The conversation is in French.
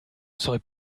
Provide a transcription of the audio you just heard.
serait